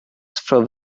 for